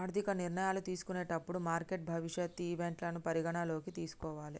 ఆర్థిక నిర్ణయాలు తీసుకునేటప్పుడు మార్కెట్ భవిష్యత్ ఈవెంట్లను పరిగణనలోకి తీసుకోవాలే